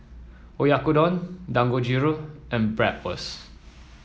Oyakodon Dangojiru and Bratwurst